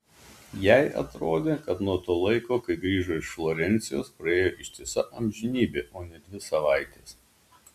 jai atrodė kad nuo to laiko kai grįžo iš florencijos praėjo ištisa amžinybė o ne dvi savaitės